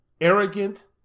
arrogant